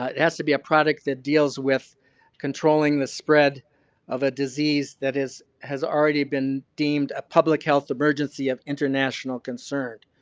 ah has to be a product that deals with controlling the spread of a disease that is has already been deemed a public health emergency of international concern,